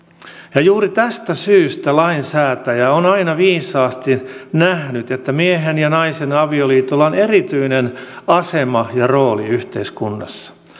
ja juuri tästä syystä lainsäätäjä on aina viisaasti nähnyt että miehen ja naisen avioliitolla on erityinen asema ja rooli yhteiskunnassa